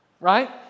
right